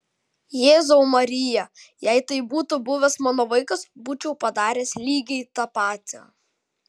jėzau marija jei tai būtų buvęs mano vaikas būčiau padaręs lygiai tą patį